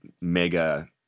mega